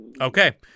Okay